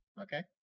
okay